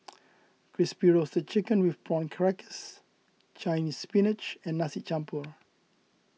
Crispy Roasted Chicken with Prawn Crackers Chinese Spinach and Nasi Champur